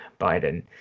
biden